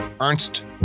Ernst